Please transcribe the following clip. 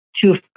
two